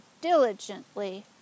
diligently